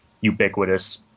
ubiquitous